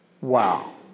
Wow